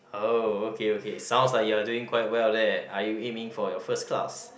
uh okay okay sounds like you are doing quite well there are you aiming for your first class